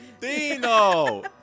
Dino